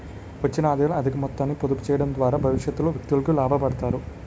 వచ్చిన ఆదాయంలో అధిక మొత్తాన్ని పొదుపు చేయడం ద్వారా భవిష్యత్తులో వ్యక్తులు లాభపడతారు